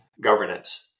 governance